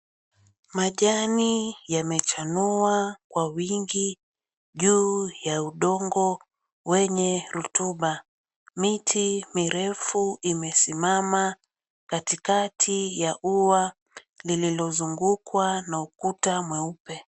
Majani yamechanua kwa wingi juu ya udongo wenye rutuba. Miti mirefu imesimama katikati ya ua lilizozungukwa na ukuta mweupe.